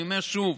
אני אומר שוב: